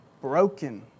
broken